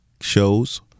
shows